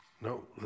No